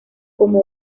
como